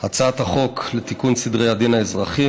הצעת חוק לתיקון סדרי הדין האזרחי